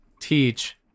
teach